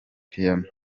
piano